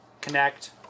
Connect